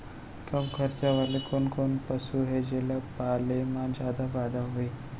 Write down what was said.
कम खरचा वाले कोन कोन पसु हे जेला पाले म जादा फायदा होही?